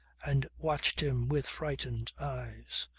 and watched him with frightened eyes.